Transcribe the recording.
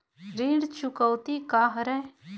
ऋण चुकौती का हरय?